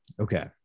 okay